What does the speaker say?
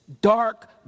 dark